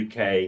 UK